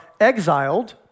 exiled